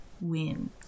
win